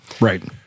Right